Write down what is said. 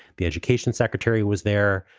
the education secretary, was there.